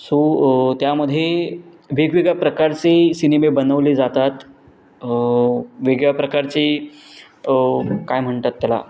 so त्यामध्ये वेगवेगळ्या प्रकारचे सिनेमे बनवले जातात वेगळ्या प्रकारचे काय म्हणतात त्याला